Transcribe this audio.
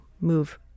move